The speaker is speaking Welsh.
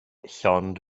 llond